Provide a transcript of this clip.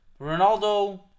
Ronaldo